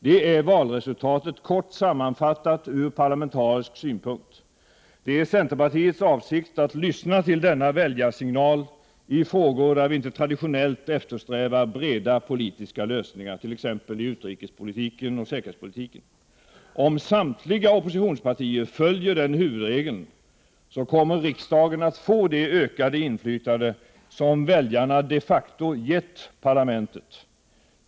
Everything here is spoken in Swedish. Det är valresultatet kort sammanfattat från parlamentarisk synpunkt. Det är centerpartiets avsikt att lyssna till denna väljarsignal även i frågor där vi inte traditionellt eftersträvar breda politiska lösningar, vilket vi ju gör t.ex. i utrikesoch säkerhetspolitiken. Om samtliga oppositionspartier följer den huvudregeln så kommer riksdagen att få det ökade inflytande som väljarna de facto gett parlamentet.